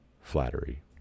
flattery